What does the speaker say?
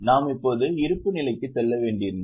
நாம் இப்போது இருப்புநிலைக்கு செல்ல வேண்டியிருந்தது